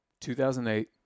2008